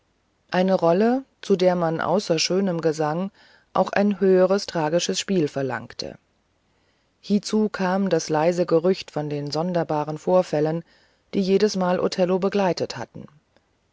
eine rolle zu der man außer schönem gesang auch ein höheres tragisches spiel verlangte hiezu kam das leise gerücht von den sonderbaren vorfällen die jedesmal othello begleitet hatten